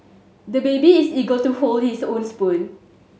the baby is eager to hold his own spoon